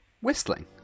Whistling